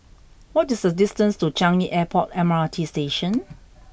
what is the distance to Changi Airport M R T Station